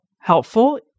helpful